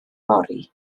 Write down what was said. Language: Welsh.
fory